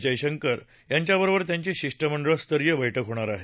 जयशंकर यांच्या बरोबर त्यांची शिष्टमंडळ स्तरीय बैठक होणार आहे